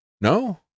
No